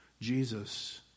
Jesus